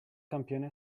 campione